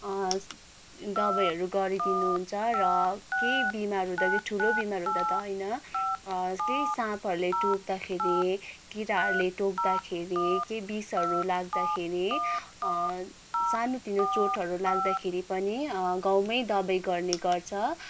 दबाईहरू गरिदिनुहुन्छ र केही बिमार हुदाँखेरि ठुलो बिमार हुदाँ त होइन त्यही साँपहरूले टोक्दाखेरि किराहरूले टोक्दाखेरि केही विषहरू लाग्दाखेरि सानोतिनो चोटहरू लाग्दाखेरि पनि गाउँमै दबाई गर्ने गर्छ